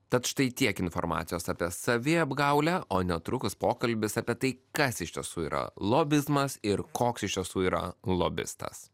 tad štai tiek informacijos apie saviapgaulę o netrukus pokalbis apie tai kas iš tiesų yra lobizmas ir koks iš tiesų yra lobistas